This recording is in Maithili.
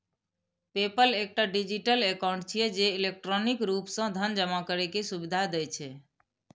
पेपल एकटा डिजिटल एकाउंट छियै, जे इलेक्ट्रॉनिक रूप सं धन जमा करै के सुविधा दै छै